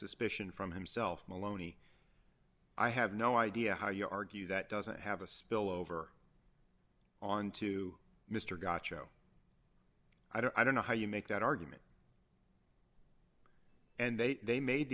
suspicion from himself maloney i have no idea how you argue that doesn't have a spill over on to mr gotcha i don't know how you make that argument and they they made